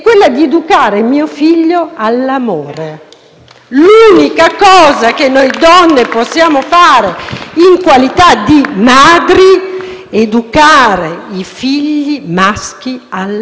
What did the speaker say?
cosa che noi donne possiamo fare, in qualità di madri, è educare i figli maschi all'amore, ad amare le donne,